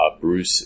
Bruce